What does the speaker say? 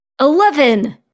Eleven